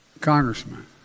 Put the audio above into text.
congressman